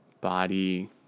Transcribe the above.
body